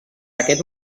aquest